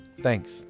Thanks